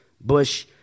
Bush